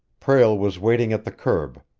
prale was waiting at the curb,